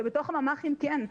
ואילו בתוך הממ"חים כן.